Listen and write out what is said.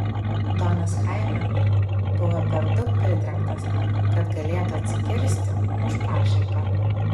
donas chaime buvo per daug pritrenktas kad galėtų atsikirsti už pašaipą